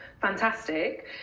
fantastic